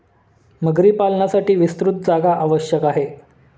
मगरी पालनासाठी विस्तृत जागा आवश्यक आहे